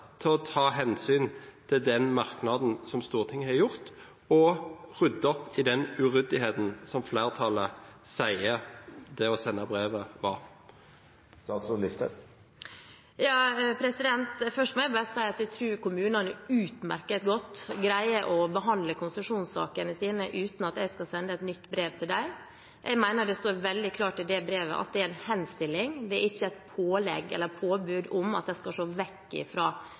til å ta hensyn til den merknaden som Stortinget har kommet med, og rydde opp i den uryddigheten som flertallet sier det å sende brevet, var. Først må jeg bare si at jeg tror kommunene utmerket godt greier å behandle konsesjonssakene sine uten at jeg skal sende et nytt brev til dem. Jeg mener det står veldig klart i det brevet at det er en henstilling; det er ikke et pålegg eller et påbud om at de skal se vekk